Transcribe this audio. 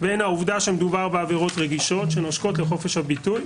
בין העובדה שמדובר בעבירות רגישות שנושקות לחופש הביטוי,